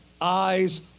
eyes